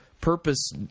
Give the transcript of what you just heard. purpose